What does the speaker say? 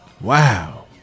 Wow